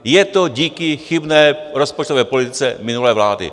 Je to díky chybné rozpočtové politice minulé vlády.